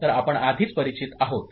तर आपण आधीच परिचित आहोत